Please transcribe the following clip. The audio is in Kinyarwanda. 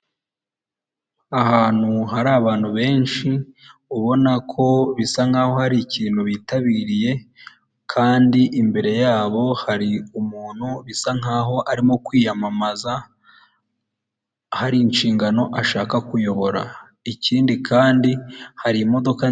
Igipapuro k'inyemezabwishyu gitangwa n'ikigo cyimisoro n'amahoro, kikaba kigaragaza igiciro cyamafaranga iki kintu cyatanzweho